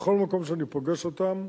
שבכל מקום שאני פוגש אותם,